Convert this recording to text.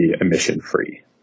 emission-free